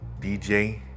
DJ